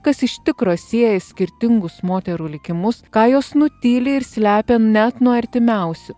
kas iš tikro sieja skirtingus moterų likimus ką jos nutyli ir slepia net nuo artimiausių